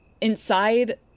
inside